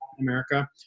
America